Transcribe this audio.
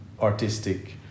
artistic